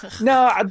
No